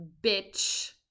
bitch